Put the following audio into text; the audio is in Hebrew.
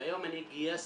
והיום אני גייסתי